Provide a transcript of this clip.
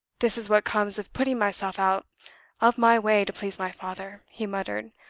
this is what comes of putting myself out of my way to please my father, he muttered,